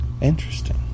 Interesting